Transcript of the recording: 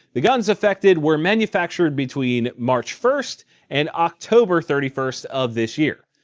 the guns affected were manufactured between march first and october thirty first of this year.